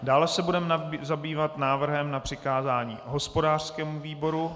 Dále se budeme zabývat návrhem na přikázání hospodářskému výboru.